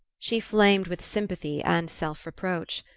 she flamed with sympathy and self-reproach.